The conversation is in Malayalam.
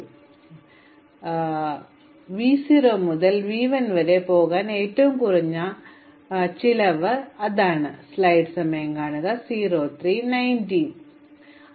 ഇപ്പോൾ ഞങ്ങൾ പരിഹരിക്കാൻ ആഗ്രഹിക്കുന്ന ഒരു സ്വാഭാവിക പ്രശ്നം നൽകിയ ജോഡി മെട്രിക്സുകൾക്കിടയിലെ ഏറ്റവും ചെറിയ പാത കണ്ടെത്തുക എന്നതാണ് v 0 മുതൽ v n വരെ പോകാൻ എനിക്ക് ഏറ്റവും കുറഞ്ഞ ചിലവ് അതാണ്